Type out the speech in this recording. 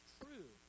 true